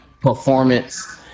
performance